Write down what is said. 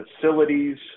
facilities